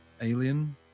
alien